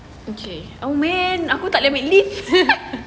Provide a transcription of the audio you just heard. okay